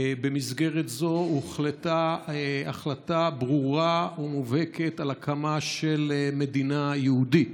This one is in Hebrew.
במסגרת זו הוחלטה החלטה ברורה ומובהקת על הקמה של מדינה יהודית.